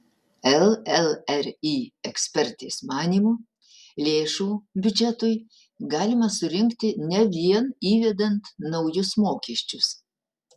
llri ekspertės manymu lėšų biudžetui galima surinkti ne vien įvedant naujus mokesčius